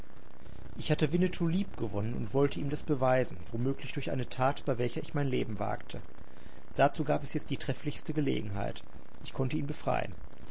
ich hatte winnetou liebgewonnen und wollte ihm das beweisen womöglich durch eine tat bei welcher ich mein leben wagte dazu gab es jetzt die trefflichste gelegenheit ich konnte ihn befreien